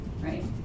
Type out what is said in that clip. Right